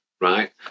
right